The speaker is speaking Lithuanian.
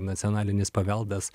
nacionalinis paveldas